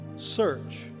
Search